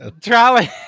trolley